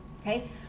Okay